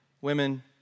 women